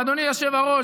אדוני היושב-ראש,